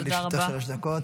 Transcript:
בבקשה, לרשותך שלוש דקות.